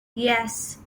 yes